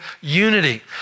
unity